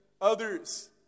Others